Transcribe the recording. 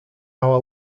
our